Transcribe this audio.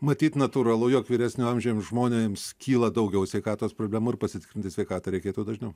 matyt natūralu jog vyresnio amžiaus žmonėms kyla daugiau sveikatos problemų ir pasitikrinti sveikatą reikėtų dažniau